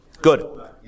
Good